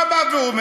מה בא ואומר?